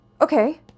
Okay